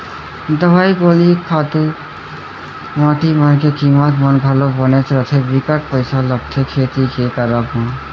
दवई गोली खातू माटी मन के कीमत मन घलौ बनेच रथें बिकट पइसा लगथे खेती के करब म